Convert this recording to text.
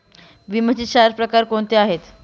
विम्याचे चार प्रकार कोणते आहेत?